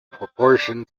proportion